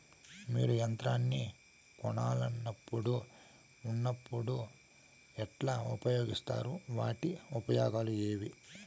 మీరు యంత్రాన్ని కొనాలన్నప్పుడు ఉన్నప్పుడు ఎట్లా ఉపయోగిస్తారు వాటి ఉపయోగాలు ఏవి?